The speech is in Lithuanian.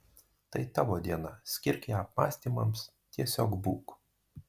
tai tavo diena skirk ją apmąstymams tiesiog būk